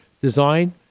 design